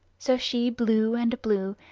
so she blew and blew,